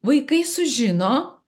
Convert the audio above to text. vaikai sužino